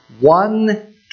one